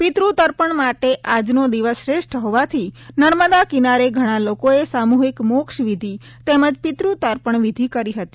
પિતૃતર્પણ માટે આજનો દિવસ શ્રેષ્ઠ હોવાથી નર્મદા કિનારે ઘણા લોકોએ સામ્રહિક મોક્ષ વિધિ તેમજ પિત્ર તર્પણ વિધિ કરી હતી